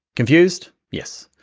confused? yes,